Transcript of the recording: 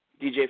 DJ